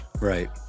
Right